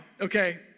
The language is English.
okay